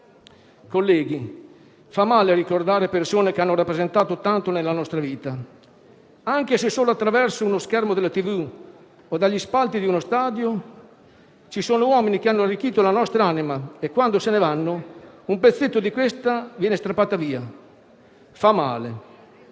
Colleghi, fa male ricordare persone che hanno rappresentato tanto nella nostra vita, anche se solo attraverso uno schermo della TV o dagli spalti di uno stadio. Ci sono uomini che hanno arricchito la nostra anima e quando se ne vanno un pezzetto di questa viene strappata via e fa male.